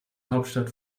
hauptstadt